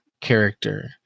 character